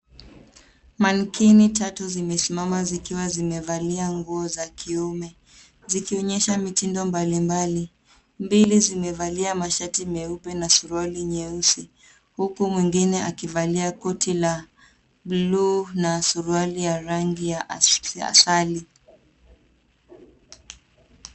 Mankini tatu zime simama zikiwa zimevalia nguo za kiume zikionyesha mitindo mbalimbali. Mbili zimevalia mashati meupe na suruali nyeusi huku mwingine akivalia koti la bluu na suruali ya rangi ya asali.